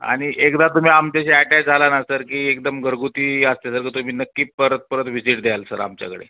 आणि एकदा तुम्ही आमच्याशी ॲटॅच झाला ना सर की एकदम घरगुती असते सर तुम्ही नक्की परत परत विजिट द्याल सर आमच्याकडे